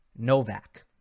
Novak